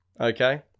okay